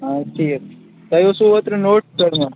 آ ٹھیٖک تۄہہِ اوسوٕ اوترٕ نوٚٹ توٚرمُت